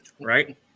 Right